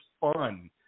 fun